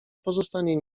pozostanie